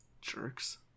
Jerks